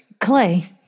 Clay